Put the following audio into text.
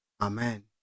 Amen